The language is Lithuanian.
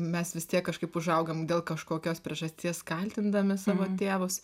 mes vis tiek kažkaip užaugam dėl kažkokios priežasties kaltindami savo tėvus